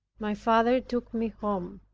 my father took me home.